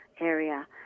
area